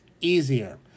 easier